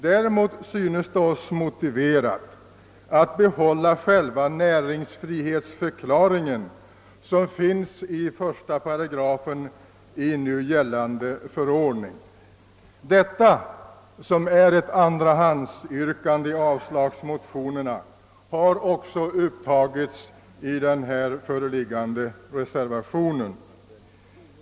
Däremot synes det oss motiverat att behålla själva näringsfrihetsförklaringen i 1 §i nu gällande förordning. Detta yrkande, som är ett andrahandsyrkande i avslagsmotionerna, har upptagits i den avgivna reservationen.